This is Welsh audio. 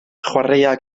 chwaraea